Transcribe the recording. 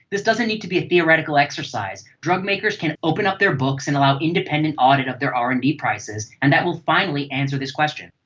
this doesn't need to be a theoretical exercise. drug makers can open up their books and allow independent audit of their r and d prices and that will finally answer this question.